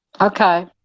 okay